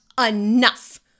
enough